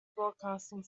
broadcasting